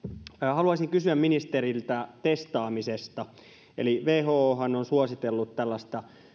haluaisin kysyä ministeriltä testaamisesta whohan on suositellut tällaista